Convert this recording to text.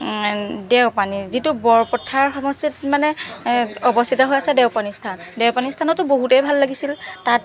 দেওপানী যিটো বৰপথাৰ সমষ্টিত মানে অৱস্থিত হৈ আছে দেওপানী স্থান দেওপানী স্থানতো বহুতেই ভাল লাগিছিল তাত